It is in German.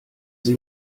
sie